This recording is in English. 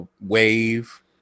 wave